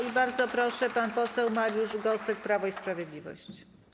I bardzo proszę, pan poseł Mariusz Gosek, Prawo i Sprawiedliwość.